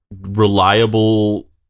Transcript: reliable